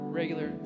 regular